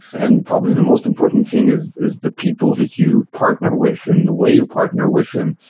and probably the most important thing is is the people that you partner with and the way you partner with them.